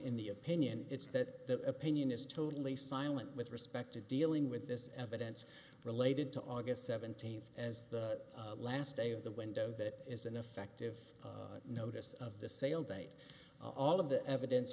in the opinion it's that opinion is totally silent with respect to dealing with this evidence related to august seventeenth as the last day of the window that is an effective notice of the sale date all of the evidence